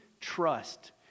trust